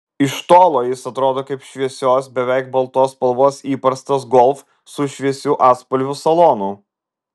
iš tolo jis atrodo kaip šviesios beveik baltos spalvos įprastas golf su šviesių atspalvių salonu